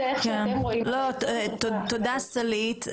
תודה, סלעית.